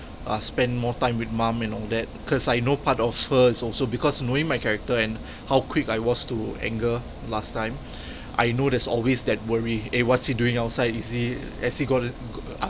uh spend more time with mom and all that because I know part of her is also because knowing my character and how quick I was to anger last time I know there's always that worry eh what's he doing outside is he has he got in